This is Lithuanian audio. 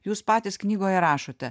jūs patys knygoje rašote